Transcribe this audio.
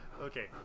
Okay